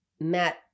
Matt